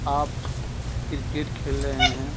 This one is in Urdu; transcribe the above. آپ کرکٹ کھیل رہے ہیں